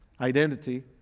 Identity